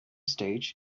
stage